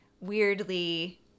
weirdly